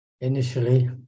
initially